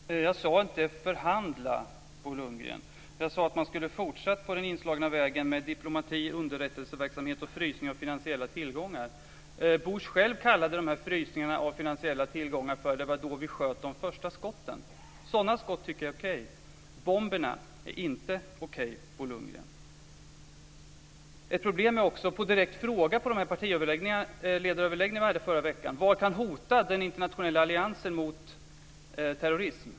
Fru talman! Jag sade inte att man ska förhandla, Bo Lundgren. Jag sade att man skulle ha fortsatt på den inslagna vägen med diplomati, underrättelseverksamhet och frysning av finansiella tillgångar. Bush själv kallade dessa frysningar av finansiella tillgångar för att det var då som man sköt de första skotten. Sådana skott tycker jag är okej. Bomberna är inte okej, Bo Lundgren. Vid partiledaröverläggningarna i förra veckan ställdes en direkt fråga om vad som kan hota den internationella alliansen mot terrorism.